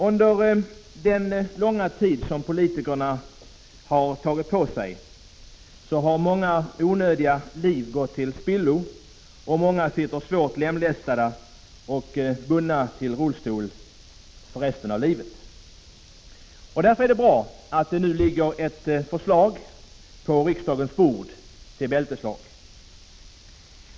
Under den långa tid som politikerna har tagit på sig har många liv gått till spillo i onödan och många sitter svårt lemlästade och bundna till rullstol för resten av livet. Därför är det bra att det nu ligger ett förslag om bälteslag på riksdagens bord.